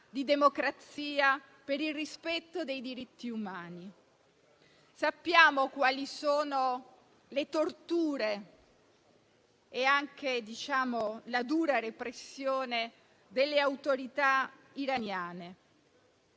di democrazia, per il rispetto dei diritti umani. Sappiamo quali sono le torture e anche la dura repressione delle autorità iraniane.